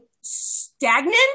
stagnant